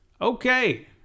Okay